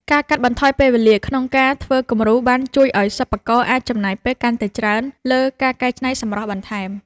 ការកាត់បន្ថយពេលវេលាក្នុងការធ្វើគំរូបានជួយឱ្យសិប្បករអាចចំណាយពេលកាន់តែច្រើនលើការកែច្នៃសម្រស់បន្ថែម។